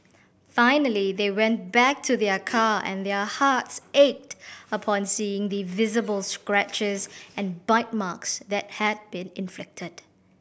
finally they went back to their car and their hearts ached upon seeing the visible scratches and bite marks that had been inflicted